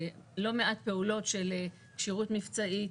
לא מעט פעולות של כשירות מבצעית,